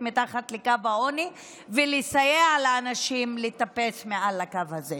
מתחת לקו העוני ולסייע לאנשים לטפס מעל לקו הזה.